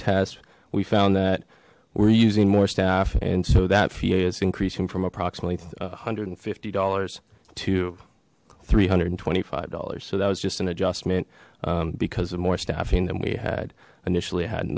test we found that we're using more staff and so that va is increasing from approximately a hundred and fifty dollars to three hundred and twenty five dollars so that was just an adjustment because of more staffing than we had initially had